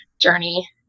journey